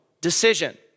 decision